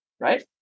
right